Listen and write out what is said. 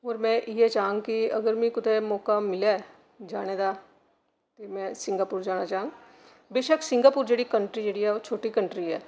और में इ'यै चाह्ङ कि अगर मिगी कुतै मौका मिलै जाने दा ते मी सिंगापुर जाना चाह्ङ बेशक सिंगापुर जेह्ड़ी कंट्री जेह्ड़ी ऐ ओह् छोटी कंट्री ऐ